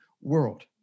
world